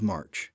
March